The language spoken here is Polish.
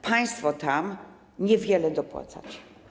Państwo tam niewiele dopłacacie.